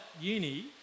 uni